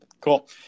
Cool